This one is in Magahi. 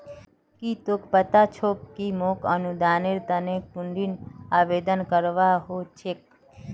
की तोक पता छोक कि मोक अनुदानेर तने कुंठिन आवेदन करवा हो छेक